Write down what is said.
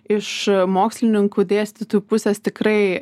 iš mokslininkų dėstytojų pusės tikrai